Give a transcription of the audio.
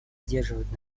сдерживать